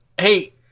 hey